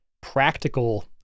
practical